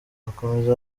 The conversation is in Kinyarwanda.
akomeza